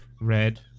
red